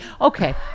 Okay